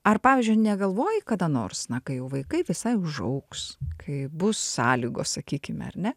ar pavyzdžiui negalvoji kada nors na kai jau vaikai visai užaugs kai bus sąlygos sakykime ar ne